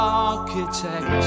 architect